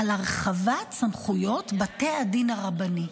על הרחבת סמכויות בתי הדין הרבניים.